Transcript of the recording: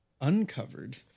uncovered